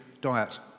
diet